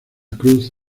cruz